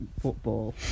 football